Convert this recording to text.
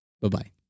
Bye-bye